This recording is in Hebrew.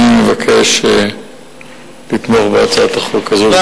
אני מבקש לתמוך בהצעת החוק הזאת.